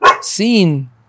scene